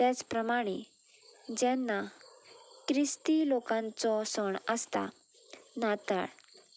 तेच प्रमाणे जेन्ना क्रिस्ती लोकांचो सण आसता नाताळ